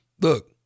look